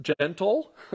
Gentle